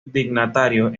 dignatarios